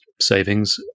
savings